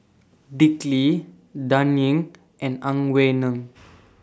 Dick Lee Dan Ying and Ang Wei Neng